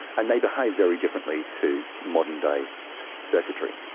and they behave very differently to modern-day circuitry.